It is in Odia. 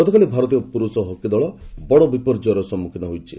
ଗତକାଲି ଭାରତୀୟ ପୁରୁଷ ହକି ଦଳ ବଡ଼ ବିପର୍ଯ୍ୟୟର ସମ୍ମୁଖୀନ ହୋଇଛି